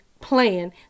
plan